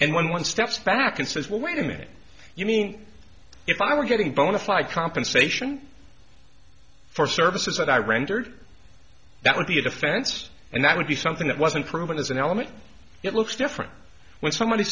and when one steps back and says well wait a minute you mean if i were getting bona fide compensation for services that i rendered that would be a defense and that would be something that wasn't proven as an element it looks different when somebody